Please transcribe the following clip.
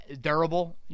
Durable